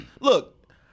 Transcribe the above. Look